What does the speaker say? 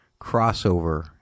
crossover